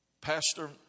Pastor